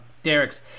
Derek's